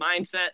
mindset